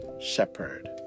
shepherd